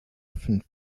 often